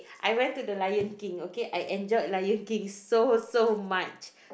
I went to the Lion-King okay I enjoyed Lion-King so so much